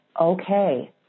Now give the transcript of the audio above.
okay